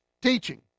teaching